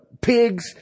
pigs